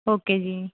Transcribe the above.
okay ਜੀ